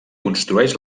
construeix